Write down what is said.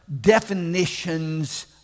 definitions